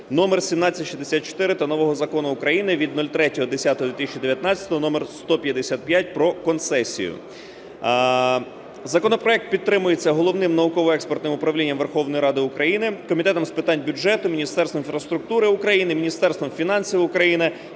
№ 1764 та нового Закону України від 03.10.2019 № 155 "Про концесію". Законопроект підтримується Головним науково-експертним управлінням Верховної Ради України, Комітетом з питань бюджету, Міністерством інфраструктури України, Міністерством фінансів України